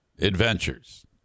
adventures